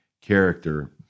character